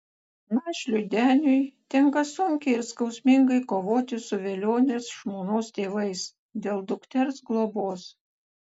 našliui deniui tenka sunkiai ir skausmingai kovoti su velionės žmonos tėvais dėl dukters globos